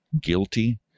guilty